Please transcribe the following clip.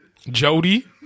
Jody